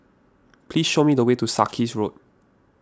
please show me the way to Sarkies Road